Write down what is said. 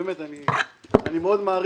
אני אגיד על עצמי: